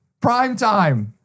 Primetime